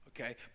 Okay